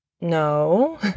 no